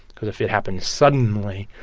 because if it happens suddenly,